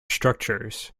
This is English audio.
structures